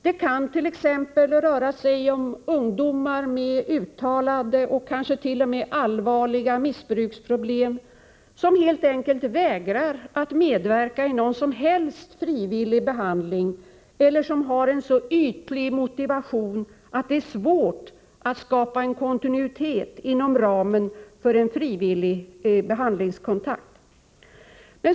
Det kan t.ex. röra sig om ungdomar med uttalade och kanske t.o.m. allvarliga missbruksproblem som helt enkelt vägrar att medverka i någon som helst frivillig behandling eller som har en så ytlig motivation att det är svårt att skapa kontinuitet inom ramen för en frivillig behandlingskontakt.